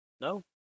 No